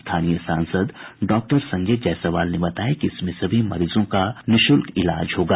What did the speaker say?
स्थानीय सांसद डॉक्टर संजय जायसवाल ने बताया कि इसमें सभी मरीजों का निःशुल्क इलाज होगा